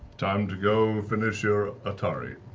time to go finish your atari.